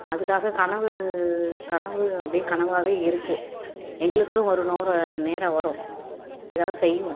அதுக்காக கனவு கனவு அப்படியே கனவாகவே இருக்குது எங்களுக்குன்னு ஒரு நோர நேரம் வரும் எதாவது செய்வோம்